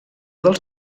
dels